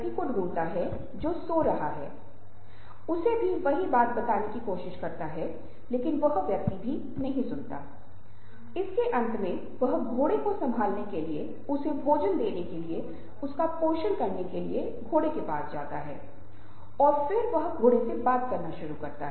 क्योंकि हम जो भी बोल रहे हैं लोग कभी कभी प्रतिक्रिया नहीं करते हैं लेकिन वे इसे अपने पास रखते हैं और बाद में इसकी प्रतिक्रिया आ सकती है